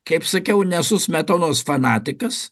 kaip sakiau nesu smetonos fanatikas